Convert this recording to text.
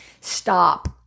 stop